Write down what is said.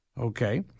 okay